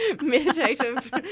meditative